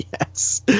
yes